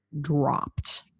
dropped